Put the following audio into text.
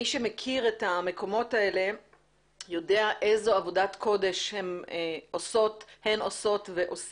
מי שמכיר את המקומות האלה יודע איזו עבודת קודש הן עושות ועושים,